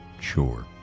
sure